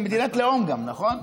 מדינת לאום גם, נכון?